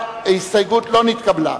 ההסתייגות לא נתקבלה.